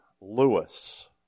Lewis